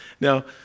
Now